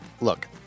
Look